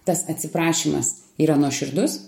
tas atsiprašymas yra nuoširdus